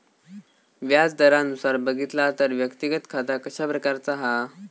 व्याज दरानुसार बघितला तर व्यक्तिगत खाता कशा प्रकारचा हा?